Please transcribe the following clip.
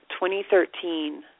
2013